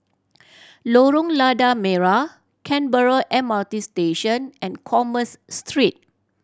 Lorong Lada Merah Canberra M R T Station and Commerce Street